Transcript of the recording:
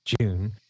June